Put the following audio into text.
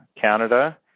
Canada